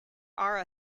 are